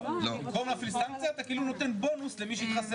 במקום להפעיל סנקציה, אתה נותן בונוס למי שהתחסן.